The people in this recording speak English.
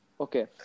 okay